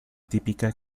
típica